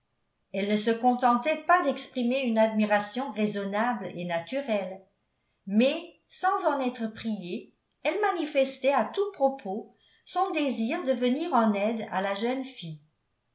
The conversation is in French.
elle ne se contentait pas d'exprimer une admiration raisonnable et naturelle mais sans en être priée elle manifestait à tout propos son désir de venir en aide à la jeune fille